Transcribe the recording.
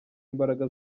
imbaraga